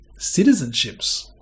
citizenships